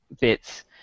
bits